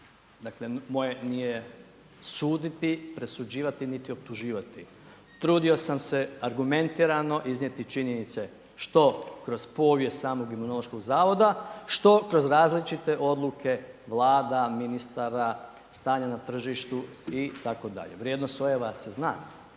Dakle, moje nije suditi, presuđivati, niti optuživati. Trudio sam se argumentirano iznijeti činjenice što kroz povijest samog Imunološkog zavoda, što kroz različite odluke vlada, ministara, stanja na tržištu itd. Vrijednost sojeva se zna.